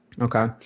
okay